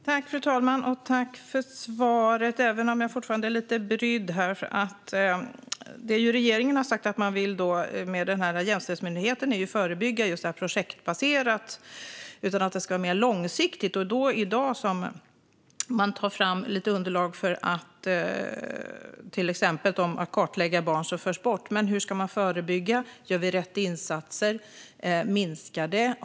Fru talman! Jag tackar för svaret, även om jag fortfarande är lite brydd. Regeringen har ju sagt att det man vill med Jämställdhetsmyndigheten är att förebygga projektbaserat och långsiktigt. I dag tar man fram lite underlag för att exempelvis kartlägga barn som förs bort, men hur ska man förebygga? Gör vi rätt insatser? Minskar det?